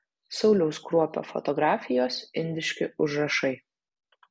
sauliaus kruopio fotografijos indiški užrašai